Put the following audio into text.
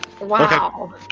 Wow